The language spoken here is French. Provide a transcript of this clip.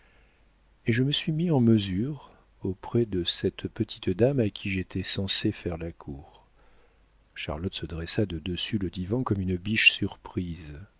et je me suis mis en mesure auprès de cette petite dame à qui j'étais censé faire la cour charlotte se dressa de dessus le divan comme une biche